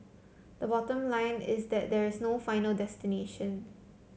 the bottom line is that there is no final destination